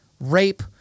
rape